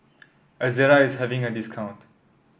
Ezerra is having a discount